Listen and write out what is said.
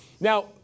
Now